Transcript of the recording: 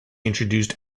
introduced